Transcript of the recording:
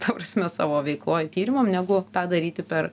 ta prasme savo veikloj tyrimam negu tą daryti per